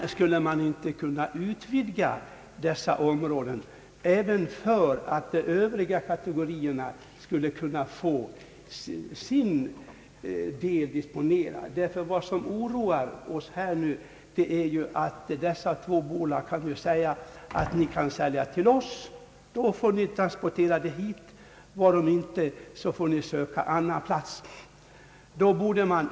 Men jag vill fråga om man inte skulle kunna utvidga dessa områden så att även övriga kategorier kan vara med i detta sammanhang. Ty vad som oroar oss är att dessa två bolag kan erbjuda andra skogsägarkategorier att ettdera sälja virket till och transportera detta till dessa bolags anläggningar eller i annat fall söka annan plats.